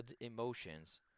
emotions